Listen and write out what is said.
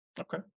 okay